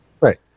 Right